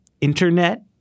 internet